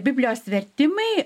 biblijos vertimai